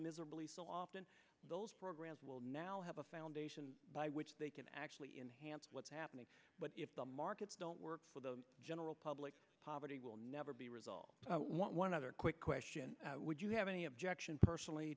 miserably so often those programs will now have a foundation by which they can actually enhance what's happening but if the markets don't work for the general public poverty will never be resolved one other quick question would you have any objection personally